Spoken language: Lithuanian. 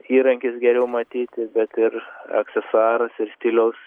įrankis geriau matyti bet ir aksesuaras ir stiliaus